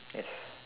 yes